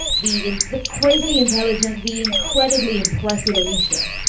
the in the crazily intelligent, the incredibly impressive alicia.